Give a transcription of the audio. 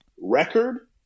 record